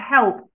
help